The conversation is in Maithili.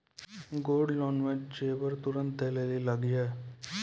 गोल्ड लोन मे जेबर तुरंत दै लेली लागेया?